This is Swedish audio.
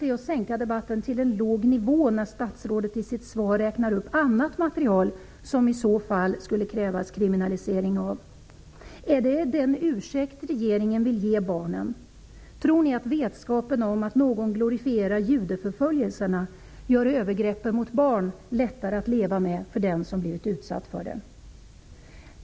Det är att sänka debatten till en låg nivå när statsrådet i sitt svar räknar upp annat material som det i så fall också skulle krävas kriminalisering av. Är det den ursäkt som regeringen vill ge barnen? Tror ni i regeringen att vetskapen om att någon glorifierar judeförföljelserna gör övergreppen mot barn lättare att leva med för den som blivit utsatt för övergrepp?